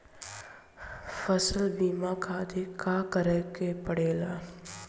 फसल बीमा खातिर का करे के पड़ेला?